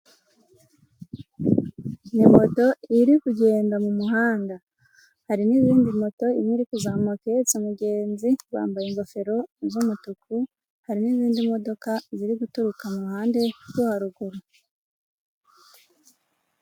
Ni moto iri kugenda mu muhanda, hari n'izindi moto, imwe iri kuzamuka iheretse mugenzi bambaye ingofero z'umutuku, hari n'izindi modoka ziri guturuka mu ruhande rwo haruguru.